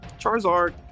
Charizard